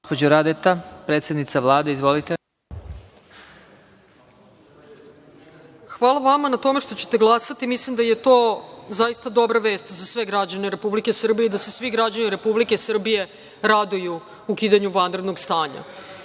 Hvala vama na tome što ćete glasati, mislim da je to zaista dobra vest za sve građane Republike Srbije i da se svi građani Republike Srbije raduju ukidanju vanrednog stanja. Hvala